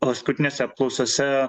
paskutinėse apklausose